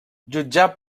jutjat